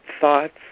thoughts